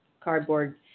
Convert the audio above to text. cardboard